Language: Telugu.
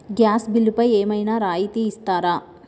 గ్యాస్ బిల్లుపై ఏమైనా రాయితీ ఇస్తారా?